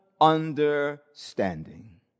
understanding